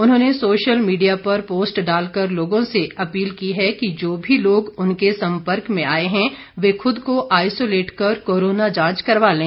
उन्होंने social media पर post डालकर लोगों से अपील की है कि जो भी लोग उनके सम्पर्क में आए हैं वे खुद को आइसोलेट कर कोरोना जांच करवा लें